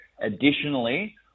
Additionally